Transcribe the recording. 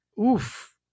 Oof